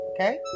okay